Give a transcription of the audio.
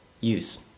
use